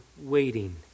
waiting